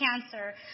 cancer